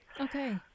Okay